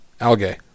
Algae